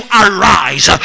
arise